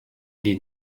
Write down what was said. den